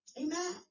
Amen